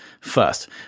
First